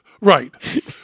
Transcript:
Right